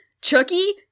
Chucky